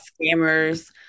scammers